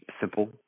simple